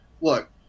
look